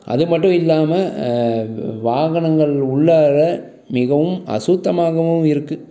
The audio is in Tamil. அது மட்டும் இல்லாமல் வ வாகனங்கள் உள்ளார மிகவும் அசுத்தமாகவும் இருக்குது